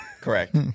Correct